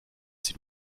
sie